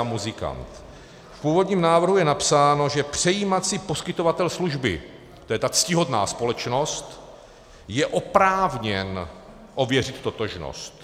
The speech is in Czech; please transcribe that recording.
V původním návrhu je napsáno, že přejímací poskytovatel služby to je ctihodná společnost je oprávněn ověřit totožnost.